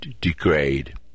degrade